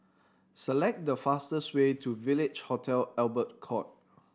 select the fastest way to Village Hotel Albert Court